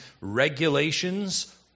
Regulations